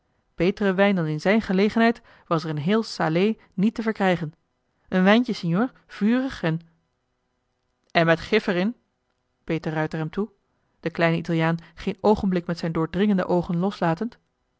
betere wijn dan in zijn gelegenheid was er in heel salé niet te verkrijgen een wijntje signor vurig en en met gif er in beet de ruijter hem toe den kleinen italiaan geen oogenblik met zijn doordringende oogen loslatend